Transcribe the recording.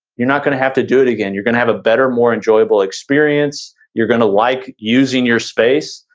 you're not gonna have to do it again, you're gonna have a better, more enjoyable experience, you're gonna like using your space.